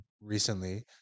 recently